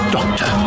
Doctor